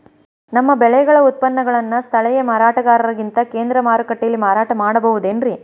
ನಮ್ಮ ಬೆಳೆಗಳ ಉತ್ಪನ್ನಗಳನ್ನ ಸ್ಥಳೇಯ ಮಾರಾಟಗಾರರಿಗಿಂತ ಕೇಂದ್ರ ಮಾರುಕಟ್ಟೆಯಲ್ಲಿ ಮಾರಾಟ ಮಾಡಬಹುದೇನ್ರಿ?